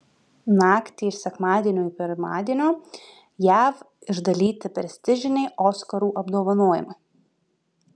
naktį iš sekmadienio į pirmadienio jav išdalyti prestižiniai oskarų apdovanojimai